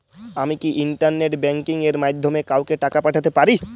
আমি কি internet banking এর মাধ্যমে কাওকে টাকা পাঠাতে পারি?